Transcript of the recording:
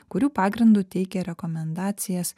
kurių pagrindu teikia rekomendacijas